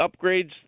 upgrades